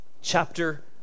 chapter